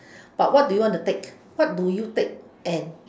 but what do you want to take what do you take and